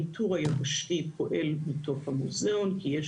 הניתור היבשתי פועל מתוך המוזיאון כי יש